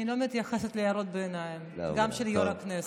אני לא מתייחסת להערות ביניים, גם של יו"ר הכנסת.